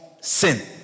sin